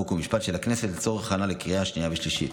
חוק ומשפט של הכנסת לצורך הכנה לקריאה שניה ושלישית.